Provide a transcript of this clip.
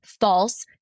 False